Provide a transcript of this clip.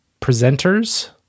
presenters